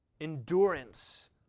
Endurance